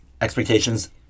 expectations